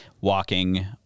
walking